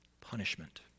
punishment